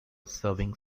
serving